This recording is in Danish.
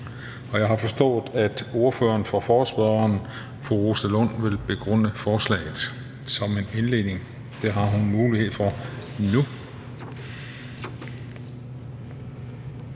Jeg har forstået, at ordføreren for forespørgerne, fru Rosa Lund, vil begrunde forslaget som en indledning. Det har hun mulighed for nu,